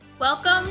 Welcome